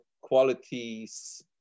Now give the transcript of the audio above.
qualities